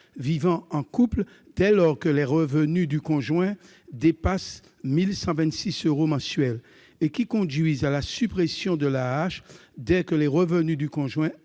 vivant en couple dès lors que les revenus du conjoint dépassent 1 126 euros mensuels et qui conduisent à la suppression de l'AAH dès que les revenus du conjoint